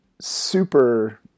super